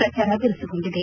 ಪ್ರಚಾರ ಬಿರುಸುಗೊಂಡಿದೆ